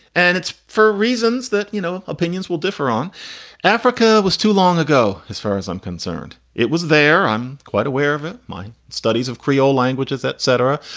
and it's for reasons that, you know, opinions will differ on africa was too long ago, as far as i'm concerned. it was there. i'm quite aware of it. mine studies of creole languages, et cetera.